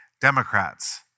Democrats